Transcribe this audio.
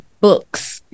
books